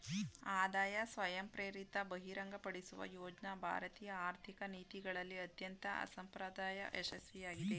ಆದಾಯ ಸ್ವಯಂಪ್ರೇರಿತ ಬಹಿರಂಗಪಡಿಸುವ ಯೋಜ್ನ ಭಾರತೀಯ ಆರ್ಥಿಕ ನೀತಿಗಳಲ್ಲಿ ಅತ್ಯಂತ ಅಸಂಪ್ರದಾಯ ಯಶಸ್ವಿಯಾಗಿದೆ